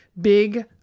big